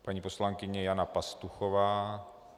Paní poslankyně Jana Pastuchová.